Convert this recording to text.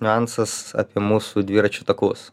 niuansas apie mūsų dviračių takus